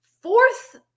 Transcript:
fourth